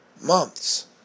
months